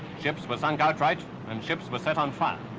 ships were sunk outright and ships were set on fire.